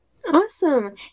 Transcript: awesome